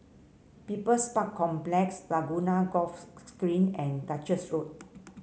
People's Park Complex Laguna Golf Green and Duchess Road